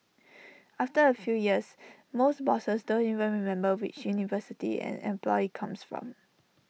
after A few years most bosses don't even remember which university an employee comes from